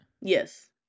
Yes